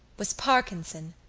was parkinson.